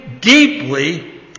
deeply